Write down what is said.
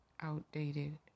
outdated